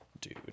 Dude